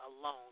alone